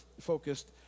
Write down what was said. focused